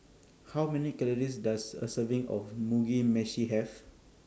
How Many Calories Does A Serving of Mugi Meshi Have